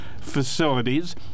facilities